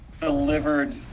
delivered